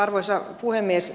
arvoisa puhemies